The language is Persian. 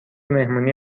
مهمونی